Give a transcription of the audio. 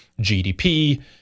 GDP